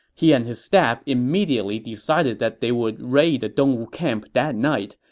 he and his staff immediately decided that they would raid the dongwu camp that night,